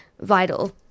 vital